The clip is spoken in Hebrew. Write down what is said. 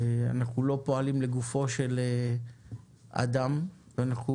אנחנו לא פועלים לגופו של אדם ואנחנו